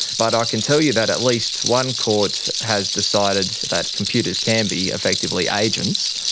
but i can tell you that at least one court has decided that computers can be effectively agents,